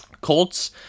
Colts